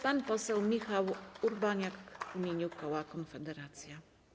Pan poseł Michał Urbaniak w imieniu koła Konfederacja.